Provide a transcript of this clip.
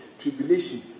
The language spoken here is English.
tribulation